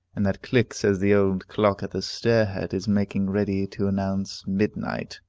and that click says the old clock at the stair-head is making ready to announce midnight.